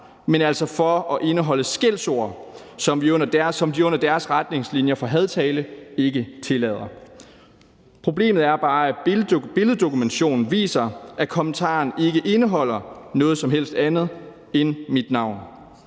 men altså for at indeholde skældsord, som de under deres retningslinjer for hadtale ikke tillader. Problemet er bare, at billeddokumentationen viser, at kommentaren ikke indeholder noget som helst andet end mit navn.